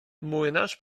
młynarz